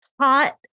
hot